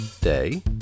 Day